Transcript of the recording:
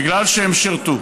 בגלל שהם שירתו.